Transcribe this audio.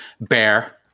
Bear